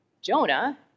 Jonah